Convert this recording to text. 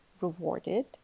rewarded